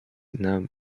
now